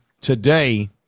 today